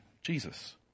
Jesus